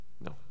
No